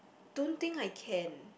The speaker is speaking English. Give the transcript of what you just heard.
don't think I can